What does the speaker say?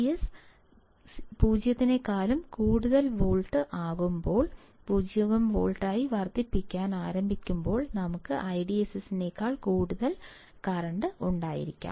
VDS 0 volt വർദ്ധിപ്പിക്കാൻ ആരംഭിക്കുമ്പോൾ നമുക്ക് IDSS നേക്കാൾ കൂടുതൽ ഉണ്ടായിരിക്കാം